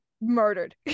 murdered